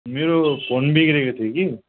मेरो फोन बिग्रेको थियो कि